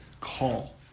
call